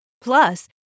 Plus